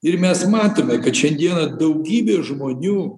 ir mes matome kad šiandieną daugybė žmonių